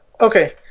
Okay